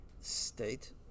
state